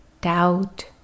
doubt